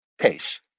case